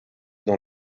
dans